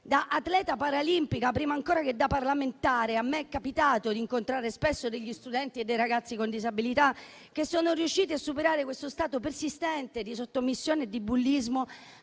Da atleta paralimpica, prima ancora che da parlamentare, a me è capitato di incontrare spesso degli studenti e dei ragazzi con disabilità che sono riusciti a superare lo stato persistente di sottomissione e di bullismo